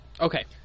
Okay